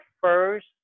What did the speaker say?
first